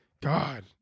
God